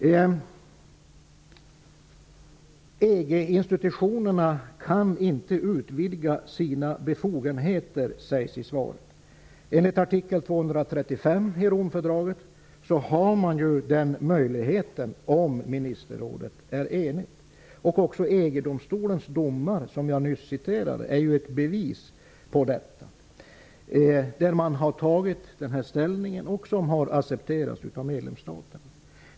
EG-institutionerna kan inte utvidga sina befogenheter, sägs i svaret. Enligt artikel 235 i Romfördraget har man den möjligheten om ministerrådet är enigt. Även EG-domstolens domar, som jag nyss nämnde, är ett bevis på detta. Man har tagit den ståndpunkten, och det har accepterats av medlemsstaterna.